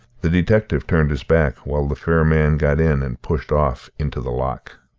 the detective turned his back while the fair man got in and pushed off into the loch.